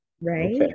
right